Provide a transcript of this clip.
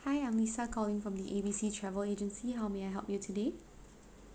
hi I'm lisa calling from the A B C travel agency how may I help you today